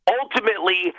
ultimately